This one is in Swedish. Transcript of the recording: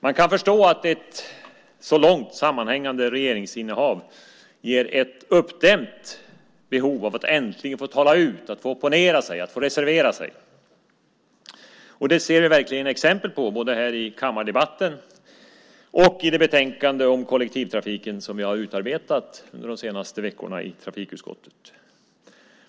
Man kan förstå att ett så långt sammanhängande regeringsinnehav ger ett uppdämt behov av att äntligen få tala ut, att få opponera sig och reservera sig. Och det ser vi verkligen exempel på både här i kammardebatten och i det betänkande om kollektivtrafiken som vi har utarbetat under de senaste veckorna i trafikutskottet.